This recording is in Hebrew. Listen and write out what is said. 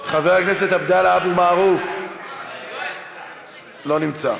חבר הכנסת עבדאללה אבו מערוף, לא נמצא,